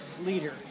leader